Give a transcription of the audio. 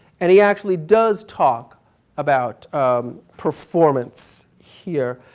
and he actually does talk about performance here.